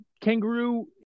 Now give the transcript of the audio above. kangaroo